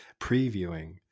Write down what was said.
previewing